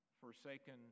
forsaken